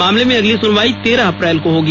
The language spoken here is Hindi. मामले में अगली सुनवाई तेरह अप्रैल को होगी